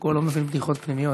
הפרוטוקול לא מבין בדיחות פנימיות,